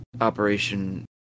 operation